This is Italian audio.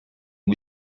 cui